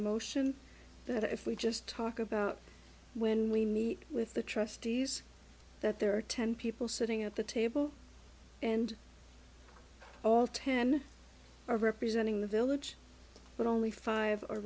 emotion that if we just talk about when we meet with the trustees that there are ten people sitting at the table and all ten are representing the village but only five